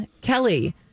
Kelly